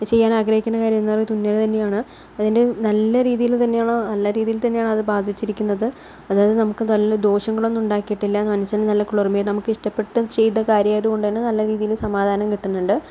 ചെയ്യാൻ ആഗ്രഹിക്കുന്ന കാര്യം എന്ന് പറയുന്നത് തുന്നല് തന്നെയാണ് അതിൻ്റെ നല്ല രീതിയില് തന്നെയാണോ നല്ല രീതിയില് തന്നെയാണ് അത് ബാധിച്ചിരിക്കുന്നത് അതായത് നമുക്ക് വല്ല ദോഷങ്ങളൊന്നും ഉണ്ടാക്കീട്ടില്ല മനസ്സിന് നല്ല കുളിർമ്മയാ നമുക്ക് ഇഷ്ടപ്പെട്ട് ചെയ്ത കാര്യമായത് കൊണ്ട് തന്നെ നല്ല രീതിയില് സമാധാനം കിട്ടുന്നുണ്ട്